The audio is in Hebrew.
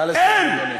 נא לסיים.